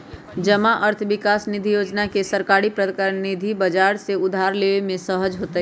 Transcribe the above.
जमा अर्थ विकास निधि जोजना में सरकारी प्राधिकरण के बजार से उधार लेबे में सहज होतइ